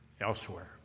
elsewhere